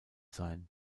sein